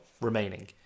remaining